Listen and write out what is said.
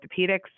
Orthopedics